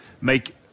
make